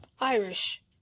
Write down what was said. irish